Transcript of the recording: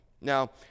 now